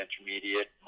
intermediate